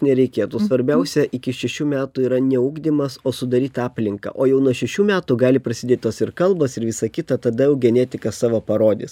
nereikėtų svarbiausia iki šešių metų yra ne ugdymas o sudaryt aplinką o jau nuo šešių metų gali prasidėt tos ir kalbos ir visa kita tada jau genetika savo parodys